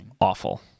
awful